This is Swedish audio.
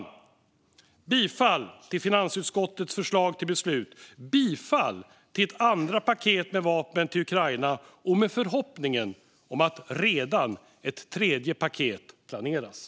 Jag yrkar bifall till finansutskottets förslag till beslut om ett andra paket med vapen till Ukraina, och jag har en förhoppning om att det redan planeras för ett tredje paket.